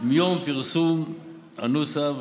מיום פרסום הנוסח,